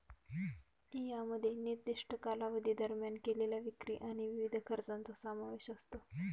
यामध्ये निर्दिष्ट कालावधी दरम्यान केलेल्या विक्री आणि विविध खर्चांचा समावेश असतो